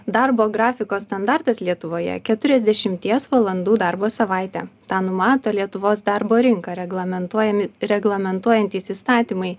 darbo grafiko standartas lietuvoje keturiasdešimties valandų darbo savaitė tą numato lietuvos darbo rinką reglamentuojami reglamentuojantys įstatymai